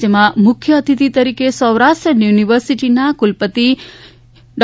જેમા મુખ્ય અતિથિ તરીકે સૌરાષ્ટ્ર યુનિવર્સિટના કુલ પતિશ્રી ડૉ